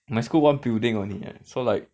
my school one building only eh so like